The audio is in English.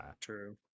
true